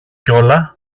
κιόλα